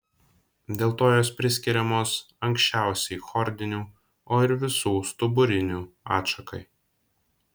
dėl to jos priskiriamos anksčiausiai chordinių o ir visų stuburinių atšakai